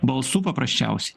balsų paprasčiausiai